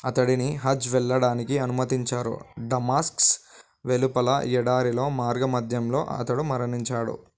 అతడిని హజ్ వెళ్ళడానికి అనుమతించారు డమాస్క్స్ వెలుపల ఎడారిలో మార్గమధ్యంలో అతడు మరణించాడు